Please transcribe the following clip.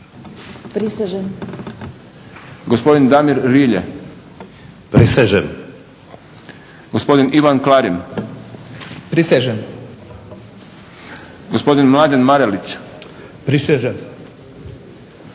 Bagarić-prisežem, gospodin Damir Rilje-prisežem, gospodin Ivan Klarin-prisežem, gospodin Mladen Marelić-prisežem,